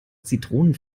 zitronen